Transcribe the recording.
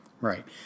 Right